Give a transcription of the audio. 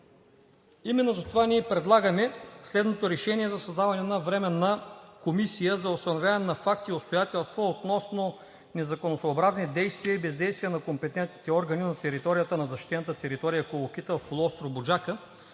Именно затова предлагаме следния: „Проект! РЕШЕНИЕ за създаване на Временна комисия за установяване на факти и обстоятелства относно незаконосъобразни действия и бездействия на компетентните органи на територията на защитената територия „Колокита“ в полуостров „Буджака“,